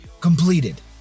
completed